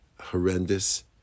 horrendous